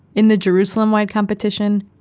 in the jerusalem-wide competition,